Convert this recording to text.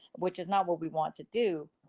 which is not what we want to do.